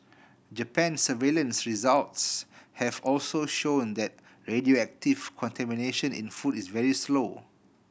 Japan's surveillance results have also shown that radioactive contamination in food is very low